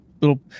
little